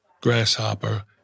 grasshopper